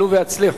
עלו והצליחו.